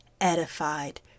edified